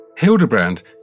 Hildebrand